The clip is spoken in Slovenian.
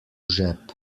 žep